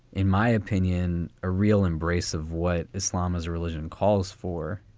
in my opinion, a real embrace of what islam is a religion calls for